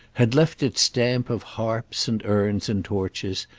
had left its stamp of harps and urns and torches,